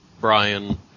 Brian